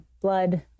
blood